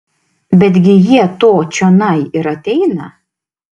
betgi jie to čionai ir ateina